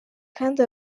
kandi